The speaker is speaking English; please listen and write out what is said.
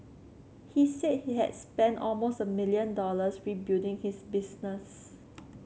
he said he had spent almost a million dollars rebuilding his business